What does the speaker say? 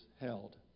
held